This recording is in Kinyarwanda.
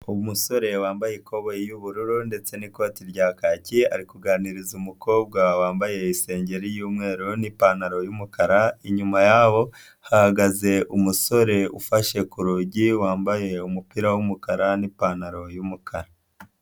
Umusore wambaye ikoti ry'ubururu ndetse n'ikoti rya kayaki, ari kuganiriza umukobwa wambaye isengeri y'umweru n'ipantaro y'umukara, inyuma yabo hahagaze umusore ufashe ku rugi, wambaye umupira w'umukara n'ipantaro y'umukara.